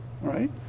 Right